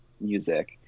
music